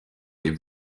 les